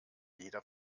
jeder